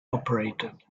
operated